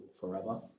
forever